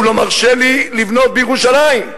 הוא לא מרשה לי לבנות בירושלים,